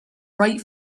right